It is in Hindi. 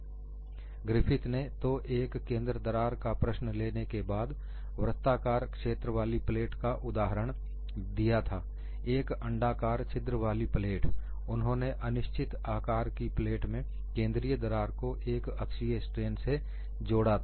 ग्रिफिथ ने तो एक केंद्र दरार का प्रश्न लेने के बाद वृत्ताकार क्षेत्र वाली प्लेट का उदाहरण दिया था एक अंडाकार छिद्र वाली प्लेट उन्होंने अनिश्चित आकार की प्लेट में केंद्रीय दरार को एक अक्षीय स्ट्रेन से जोड़ा था